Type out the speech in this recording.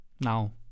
Now